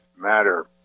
Matter